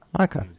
Okay